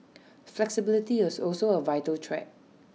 flexibility is also A vital trait